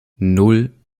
nan